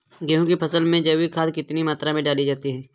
गेहूँ की फसल में जैविक खाद कितनी मात्रा में डाली जाती है?